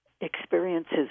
experiences